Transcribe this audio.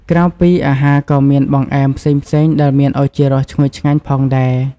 ក្រៅពីអាហារ ក៏មានបង្អែមផ្សេងៗ ដែលមានឱជារសឈ្ងុយឆ្ងាញ់ផងដែរ។